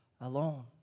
alone